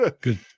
Good